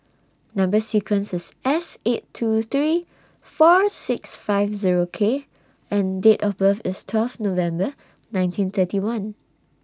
Number sequence IS S eight two three four six five Zero K and Date of birth IS twelve November nineteen thirty one